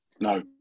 No